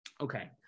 Okay